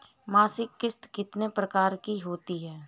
मासिक किश्त कितने प्रकार की होती है?